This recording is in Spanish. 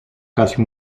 casi